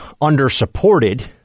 undersupported